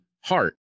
heart